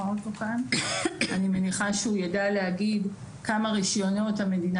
אני מניחה שהוא ידע להגיד כמה רישיונות המדינה